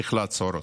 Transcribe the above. וצריך לעצור אותו.